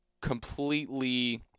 completely